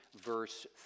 verse